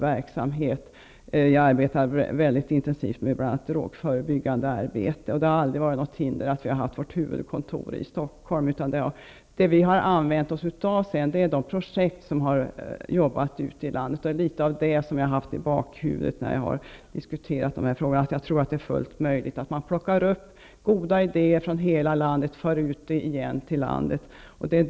Jag ägnar mig mycket intensivt åt bl.a. drogförebyggande arbete, och det har aldrig visat sig vara ett hinder att ha huvudkontoret i Stockholm. Vi har använt oss av projekten ute i landet, och det är vad jag haft i bakhuvudet litet grand när jag har diskuterat dessa frågor. Jag tror det är fullt möjligt att plocka upp goda idéer från hela landet och att återföra dem ut i landet.